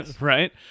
right